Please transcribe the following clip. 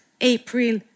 April